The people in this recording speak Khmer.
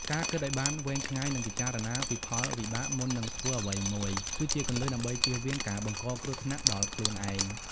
ការគិតឲ្យបានវែងឆ្ងាយ និងពិចារណាពីផលវិបាកមុននឹងធ្វើអ្វីមួយ គឺជាគន្លឹះដើម្បីជៀសវាងការបង្កគ្រោះថ្នាក់ដល់ខ្លួនឯង។